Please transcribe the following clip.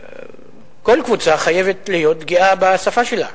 כל קבוצה חייבת להיות גאה בשפה שלה.